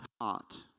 heart